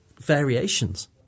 variations